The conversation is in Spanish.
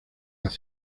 las